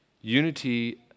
Unity